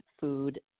food